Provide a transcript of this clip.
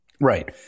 Right